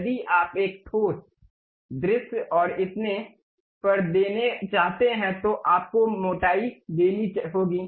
यदि आप एक ठोस दृश्य और इतने पर देना चाहते हैं तो आपको मोटाई देनी होगी